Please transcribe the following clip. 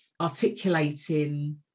articulating